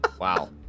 wow